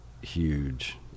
huge